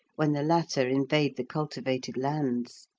when the latter invade the cultivated lands.